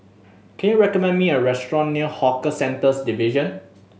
can you recommend me a restaurant near Hawker Centres Division